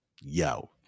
Yo